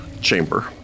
chamber